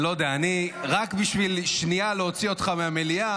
רק בשביל שנייה להוציא אותך מהמליאה,